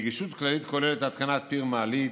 נגישות כללית כוללת התקנת פיר מעלית,